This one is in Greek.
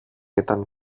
ήταν